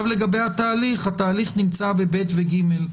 התהליך נמצא ב-ב ו-ג.